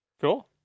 Cool